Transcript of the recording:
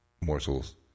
morsels